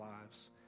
lives